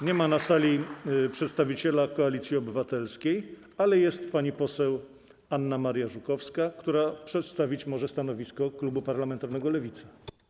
Nie ma na sali przedstawiciela Koalicji Obywatelskiej, ale jest pani poseł Anna Maria Żukowska, która może przedstawić stanowisko klubu parlamentarnego Lewica.